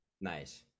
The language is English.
Nice